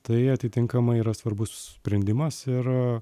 tai atitinkamai yra svarbus sprendimas ir